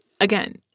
again